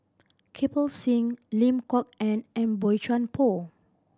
Kirpal Singh Lim Kok Ann and Boey Chuan Poh